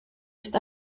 ist